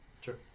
sure